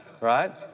right